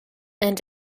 and